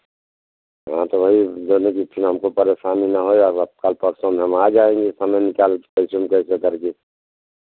हाँ तो वही बोले कि फिर हमको परेशानी ना हो कल परसो में हम आ जाएंगे समय निकाल के कैसो न कैसो कर के